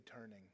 turning